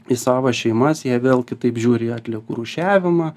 į savo šeimas jie vėl kitaip žiūri į atliekų rūšiavimą